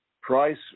Price